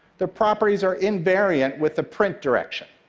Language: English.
the properties are invariant with the print direction.